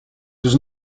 does